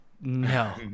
No